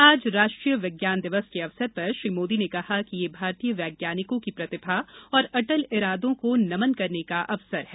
आज राष्ट्रीय विज्ञान दिवस के अवसर पर श्री मोदी ने कहा कि यह भारतीय वैज्ञानिकों की प्रतिभा और अटल इरादों को नमन करने का अवसर है